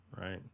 Right